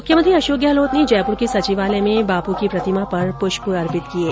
मुख्यमंत्री अशोक गहलोत ने जयपुर के सचिवालय में बापू की प्रतिमा पर पुष्प अर्पित किये